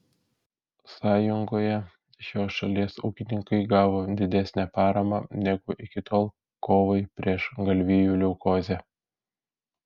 sąjungoje šios šalies ūkininkai gavo didesnę paramą negu iki tol kovai prieš galvijų leukozę